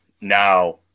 now